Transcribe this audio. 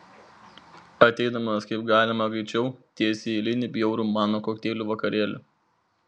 ateidamas kaip galima greičiau tiesiai į eilinį bjaurų mano kokteilių vakarėlį